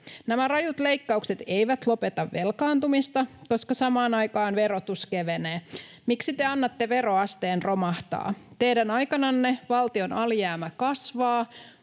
Nämä rajut leikkaukset eivät lopeta velkaantumista, koska samaan aikaan verotus kevenee. Miksi te annatte veroasteen romahtaa? Teidän aikananne valtion alijäämä kasvaa,